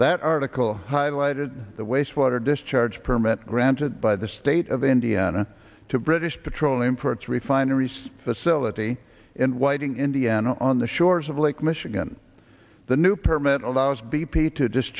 that article highlighted the wastewater discharge permit granted by the state of indiana to british petroleum for its refineries facility in whiting indiana on the shores of lake michigan the new permit allows